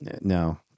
No